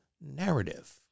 narrative